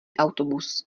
autobus